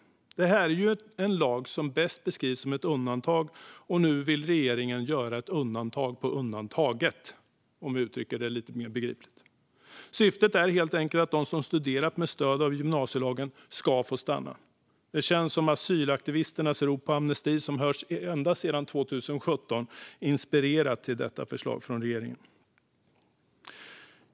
Detta är en lag som bäst beskrivs som ett undantag. Nu vill regeringen göra ett undantag från undantaget, för att uttrycka det lite mer begripligt. Syftet är helt enkelt att de som studerat med stöd av gymnasielagen ska få stanna. Det känns som att asylaktivisternas rop på amnesti, som hörts ända sedan 2017, inspirerat till detta förslag från regeringen.